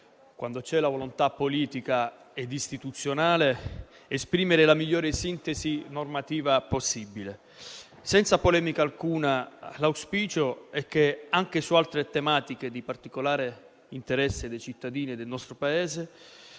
quando c'è la volontà politica ed istituzionale, si può esprimere la migliore sintesi normativa possibile. Senza polemica alcuna, l'auspicio è che anche su altre tematiche di particolare interesse per i cittadini del nostro Paese,